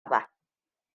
ba